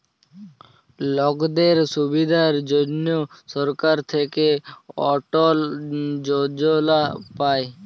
লকদের সুবিধার জনহ সরকার থাক্যে অটল যজলা পায়